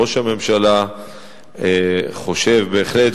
ראש הממשלה חושב בהחלט,